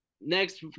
Next